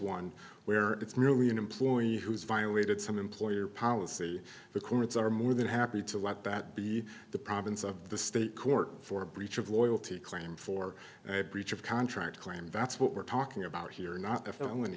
one where it's merely an employee who's violated some employer policy the courts are more than happy to let that be the province of the state court for a breach of loyalty claim for breach of contract claim that's what we're talking about here not if i